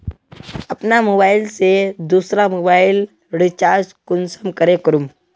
अपना मोबाईल से दुसरा मोबाईल रिचार्ज कुंसम करे करूम?